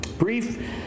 brief